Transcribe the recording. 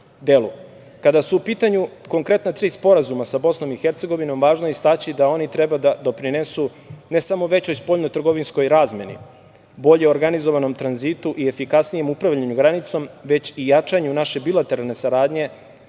delu. Kada su u pitanju konkretna tri sporazuma sa Bosnom i Hercegovinom važno je istaći da oni treba da doprinesu ne samo većoj spoljnotrgovinskoj razmeni, bolje organizovanom tranzitu i efikasnijem upravljanju granicom, već i jačanju naše bilateralne saradnje